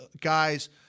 guys